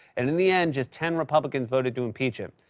and in the end, just ten republicans voted to impeach him.